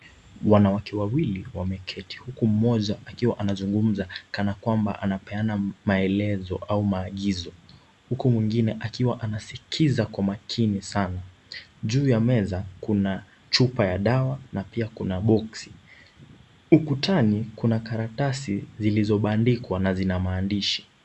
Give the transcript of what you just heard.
Wanawake wawili wameketi, huku mmoja akiwa anazungumza kana kwamba anapeana maelezo au maagizo. Huku mwingine akiwa anasikiza kwa makini sana. Juu ya meza, kuna chupa ya dawa na pia kuna boksi. Ukutani, kuna karatasi zilizobandikwa na zinamaandishi